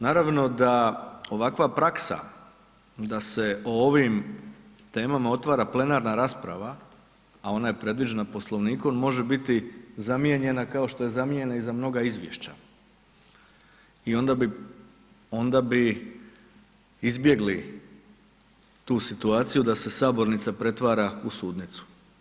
Naravno da ovakva praksa da se o ovim temama otvara plenarna rasprava a ona je predviđena Poslovnikom i može biti zamijenjena kao što je zamijenjena i za mnoga izvješća i onda bi izbjegli tu situaciju da se sabornica pretvara u sudnicu.